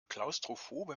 klaustrophobe